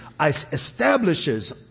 establishes